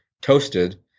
toasted